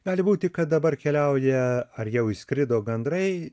gali būti kad dabar keliauja ar jau išskrido gandrai